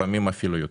לפעמים אפילו יותר.